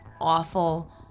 awful